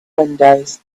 windows